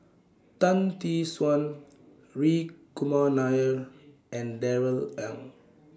Tan Tee Suan Hri Kumar Nair and Darrell Ang